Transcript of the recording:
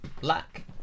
Black